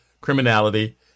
criminality